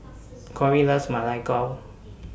Corie loves Ma Lai Gao